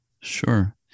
Sure